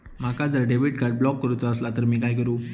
माका जर debit card block करूचा असला तर मी काय करू?